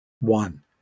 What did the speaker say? one